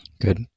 Good